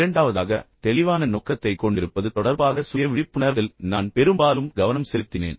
இரண்டாவதாக தெளிவான நோக்கத்தைக் கொண்டிருப்பது தொடர்பாக சுய விழிப்புணர்வில் நான் பெரும்பாலும் கவனம் செலுத்தினேன்